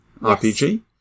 RPG